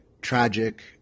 tragic